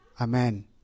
Amen